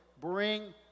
bring